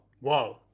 Whoa